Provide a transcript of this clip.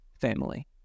family